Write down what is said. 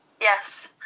Yes